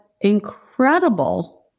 incredible